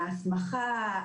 ההסמכה,